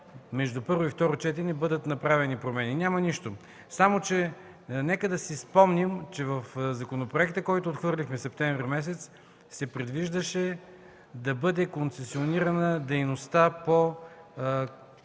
между първо и второ четене бъдат направени промени? Няма нищо. Нека да си спомним, че в законопроекта, който отхвърлихме през месец септември, се предвиждаше да бъде концесионирана дейността по